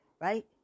right